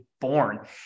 born